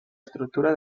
estructura